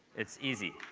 it's easy.